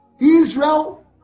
Israel